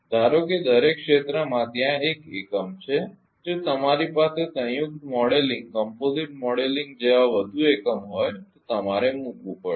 ધારો કે દરેક ક્ષેત્રમાં ત્યાં એક એકમ છે જો તમારી પાસે સંયુક્ત મોડેલિંગ જેવા વધુ એકમ હોય તો તમારે મૂકવું પડશે